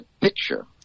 picture